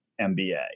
MBA